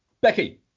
Becky